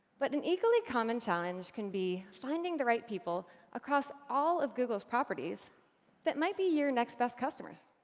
but an equally common challenge can be finding the right people across all of google's properties that might be your next best customers.